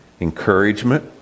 encouragement